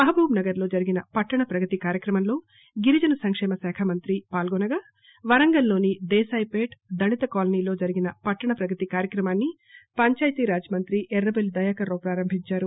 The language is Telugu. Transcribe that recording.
మహబూబాబాద్ లో జరిగిన పట్టణ ప్రగతి కార్యక్రమంలో గిరిజన సంక్షేమ శాఖమంత్రి పాల్గొనగా వరంగల్ లోని దేశాయి పేట్ దళిత కాలనీలో జరిగిన పట్టణ ప్రగతి కార్యక్రమాన్ని పంచాయితీ రాజ్ మంత్రి ఎర్రటెల్లి దయాకరరావు ప్రారంభించారు